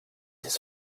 his